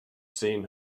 seen